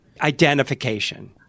identification